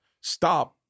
stop